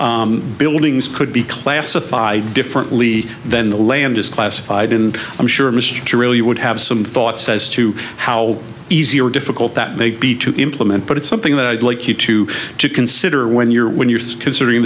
where buildings could be classified differently than the land is classified in i'm sure mr to really would have some thoughts as to how easy or difficult that may be to implement but it's something that i'd like you to consider when you're when you're considering